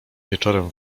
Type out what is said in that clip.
wieczorem